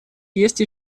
есть